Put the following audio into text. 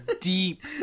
deep